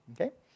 Okay